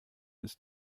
ist